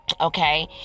Okay